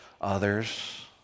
others